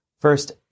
First